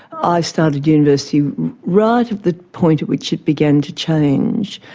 i started university right at the point at which it began to change,